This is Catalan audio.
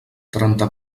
trenta